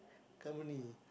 company